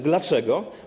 Dlaczego?